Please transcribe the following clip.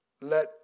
let